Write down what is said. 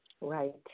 Right